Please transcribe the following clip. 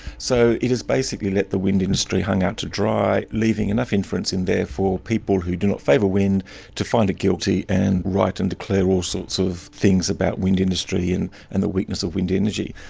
so it has basically left the wind industry hung out to dry, leaving enough inference in there for people who do not favour wind to find it guilty and write and declare all sorts of things about the wind industry and and the weakness of wind energy.